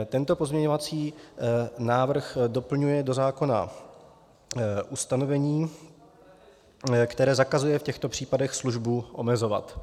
Tento pozměňovací návrh doplňuje do zákona ustanovení, které zakazuje v těchto případech službu omezovat.